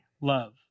love